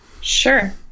Sure